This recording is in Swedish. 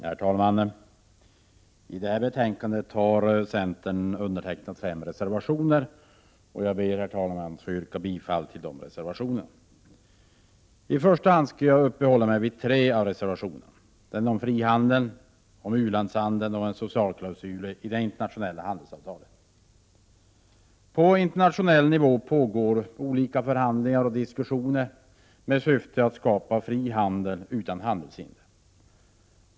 Herr talman! I det betänkande som vi nu behandlar har centern underteck — 15 december 1987 nat fem reservationer. Jag yrkar bifall till dessa. fa SET se GASER I första hand skall jag uppehålla mig vid tre av reservationerna — den om frihandeln, om u-landshandeln och om en socialklausul i internationella handelsavtal. På internationell nivå pågår olika förhandlingar och diskussioner med syfte att skapa en fri handel utan handelshinder.